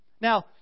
Now